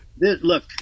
look